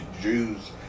Jews